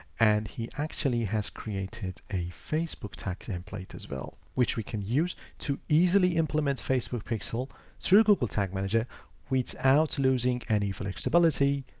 and he actually has created a facebook tax template as well, which we can use to easily implement facebook pixel through google tag manager without losing any flexibility,